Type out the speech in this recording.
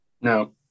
No